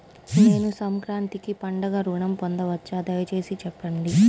నేను సంక్రాంతికి పండుగ ఋణం పొందవచ్చా? దయచేసి చెప్పండి?